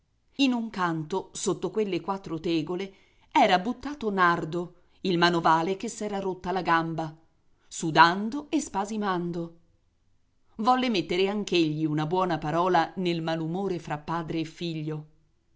in un canto sotto quelle quattro tegole rotte era buttato nardo il manovale che s'era rotta la gamba sudando e spasimando volle mettere anch'egli una buona parola nel malumore fra padre e figlio